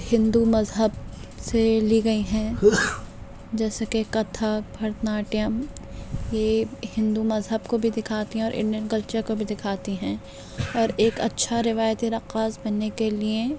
ہندو مذہب سے لی گئی ہیں جیسا کہ کتھک بھرت ناٹیم یہ ہندو مذہب کو بھی دکھاتی ہیں اور انڈین کلچر کو بھی دکھاتی ہیں اور ایک اچھا روایتی رقاص بننے کے لئے